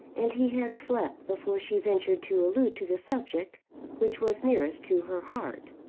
and he had slept before she ventured to allude to the subject which was nearest to her heart.